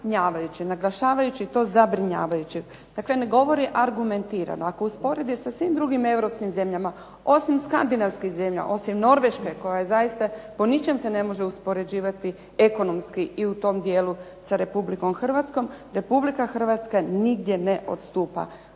naglašavajući to zabrinjavajućim. Dakle, ne govori argumentiramo. Ako usporedi sa svim drugim europskim zemljama, osim Skandinavskih zemalja, osim Norveške koja zaista se po ničemu ne može uspoređivati ekonomski i u tom dijelu sa Republikom Hrvatskom, Republike Hrvatska nigdje ne odstupa.